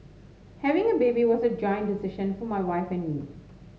having a baby was a joint decision for my wife and me